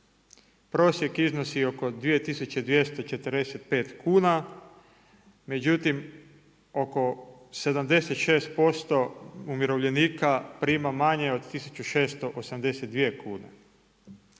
Prosjek iznosi oko 2245 kuna međutim oko 76% umirovljenika prima manje od 1682 kune.